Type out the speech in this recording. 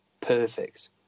perfect